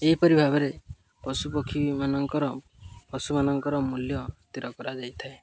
ଏହିପରି ଭାବରେ ପଶୁପକ୍ଷୀମାନଙ୍କର ପଶୁମାନଙ୍କର ମୂଲ୍ୟ ସ୍ଥିର କରାଯାଇଥାଏ